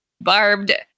Barbed